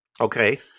Okay